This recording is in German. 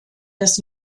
des